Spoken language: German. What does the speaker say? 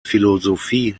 philosophie